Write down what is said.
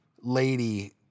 lady